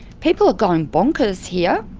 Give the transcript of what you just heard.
people are going bonkers here.